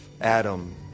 Adam